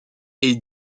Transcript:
est